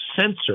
censor